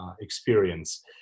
experience